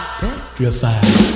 petrified